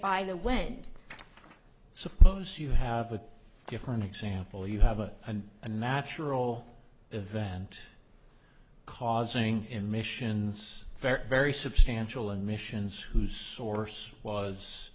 by the wind suppose you have a different example you have a and a natural event causing emissions very very substantial emissions whose source was